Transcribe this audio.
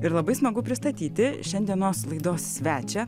ir labai smagu pristatyti šiandienos laidos svečią